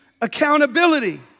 accountability